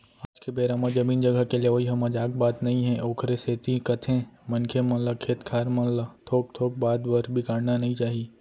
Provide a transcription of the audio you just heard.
आज के बेरा म जमीन जघा के लेवई ह मजाक बात नई हे ओखरे सेती कथें मनखे मन ल खेत खार मन ल थोक थोक बात बर बिगाड़ना नइ चाही